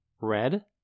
Red